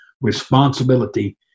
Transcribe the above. responsibility